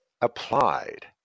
applied